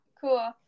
cool